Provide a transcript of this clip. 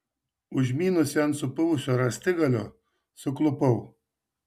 užmynusi ant supuvusio rąstigalio suklupau